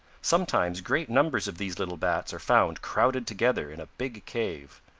sometimes great numbers of these little bats are found crowded together in a big cave.